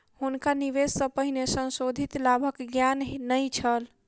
हुनका निवेश सॅ पहिने संशोधित लाभक ज्ञान नै छल